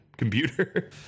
computer